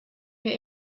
mir